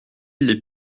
lès